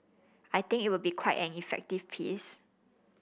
I think it will be quite an effective piece